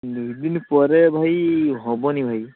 ଦୁଇ ଦିନ ପରେ ଭାଇ ହେବନି ଭାଇ